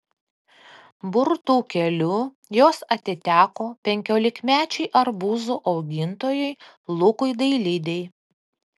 burtų keliu jos atiteko penkiolikmečiui arbūzų augintojui lukui dailidei